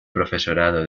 profesorado